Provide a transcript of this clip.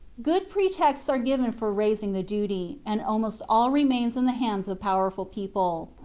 good pretexts are given for raising the duty, and almost all remains in the hands of powerful people.